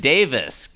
Davis